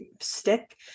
stick